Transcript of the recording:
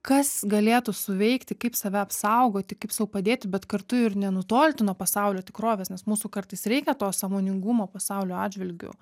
kas galėtų suveikti kaip save apsaugoti kaip sau padėti bet kartu ir nenutolti nuo pasaulio tikrovės nes mūsų kartais reikia to sąmoningumo pasaulio atžvilgiu